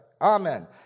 amen